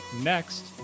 next